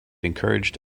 encouraged